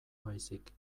baizik